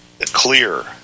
clear